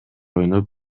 ойноп